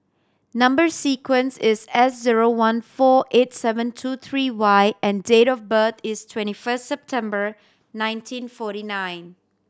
number sequence is S zero one four eight seven two three Y and date of birth is twenty first September nineteen forty nine